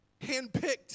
Handpicked